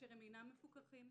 אשר אינם מפוקחים,